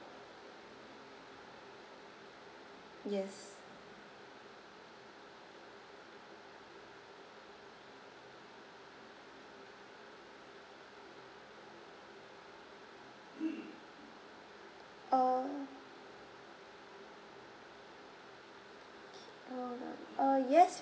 yes err okay err yes